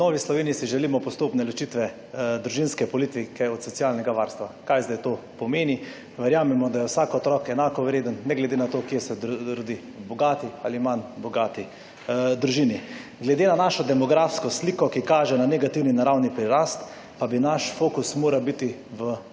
V Novi Sloveniji si želimo postopne ločitve družinske politike od socialnega varstva. Kaj zdaj to pomeni? Verjamemo, da je vsak otrok enako vreden ne glede na to, kje se rodi, v bogati ali manj bogati družini. Glede na našo demografsko sliko, ki kaže na negativni naravni prirast, pa bi naš fokus moral biti